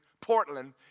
Portland